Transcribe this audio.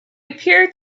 appeared